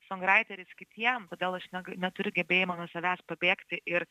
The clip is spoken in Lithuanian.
songraiteris kitiem todėl aš ne neturiu gebėjimo nuo savęs pabėgti ir